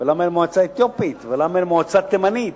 זו אשמתך.